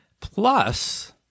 Plus